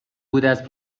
بوداز